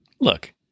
Look